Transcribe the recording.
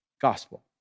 gospel